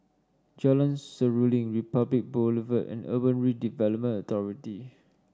Jalan Seruling Republic Boulevard and Urban Redevelopment Authority